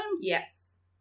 Yes